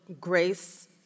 grace